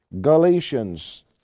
Galatians